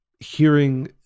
hearing